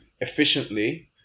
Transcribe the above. efficiently